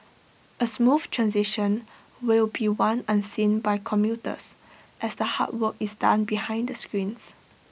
A smooth transition will be one unseen by commuters as the hard work is done behind the scenes